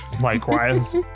Likewise